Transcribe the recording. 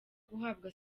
guhabwa